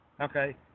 okay